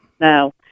Now